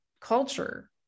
culture